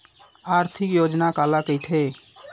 आर्थिक योजना काला कइथे?